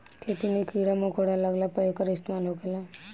खेती मे कीड़ा मकौड़ा लगला पर एकर इस्तेमाल होखेला